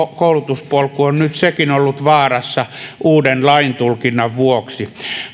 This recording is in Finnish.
koulutuspolku on nyt sekin ollut vaarassa uuden laintulkinnan vuoksi